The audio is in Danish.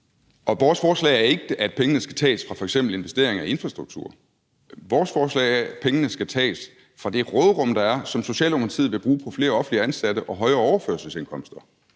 og vores forslag er ikke, at pengene skal tages fra f.eks. investeringer i infrastruktur. Vores forslag er, at pengene skal tages fra det råderum, der er, som Socialdemokratiet vil bruge på flere offentligt ansatte og højere overførselsindkomster.